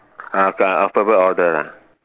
uh alphabet order